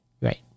right